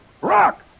rock